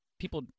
people